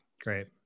Great